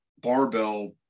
Barbell